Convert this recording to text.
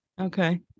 Okay